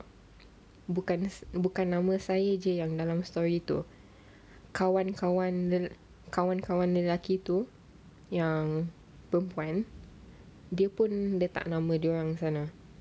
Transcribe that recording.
bukan bukan nama saya jer yang dalam story itu kawan-kawan lelaki kawan-kawan lelaki tu yang perempuan dia pun letak nama dia orang sana